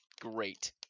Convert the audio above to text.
great